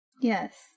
Yes